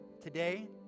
today